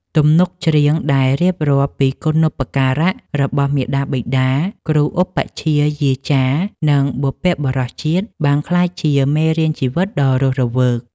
ទំនុកច្រៀងដែលរៀបរាប់ពីគុណូបការៈរបស់មាតាបិតា គ្រូឧបជ្ឈាយាចារ្យ និងបុព្វបុរសជាតិ បានក្លាយជាមេរៀនជីវិតដ៏រស់រវើក